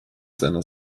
seiner